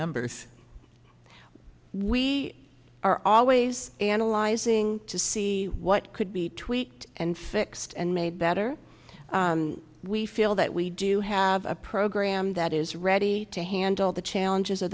numbers we are always analyzing to see what could be tweaked and fixed and made better we feel that we do have a program that is ready to handle the challenges